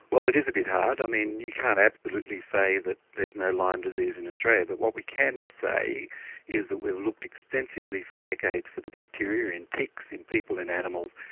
well, it is a bit hard, i mean, you can't absolutely say that there's no lyme disease in australia, but what we can say is that we've looked extensively for decades for the bacteria in pigs, in people, in animals,